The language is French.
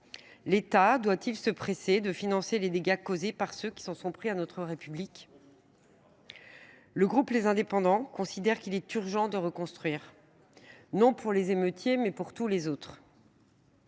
L’État doit il se presser de financer les dégâts causés par ceux qui s’en sont pris à notre République ? Le groupe Les Indépendants – République et Territoires considère qu’il est urgent de reconstruire, non pour les émeutiers, mais pour tous les autres.